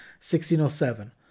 1607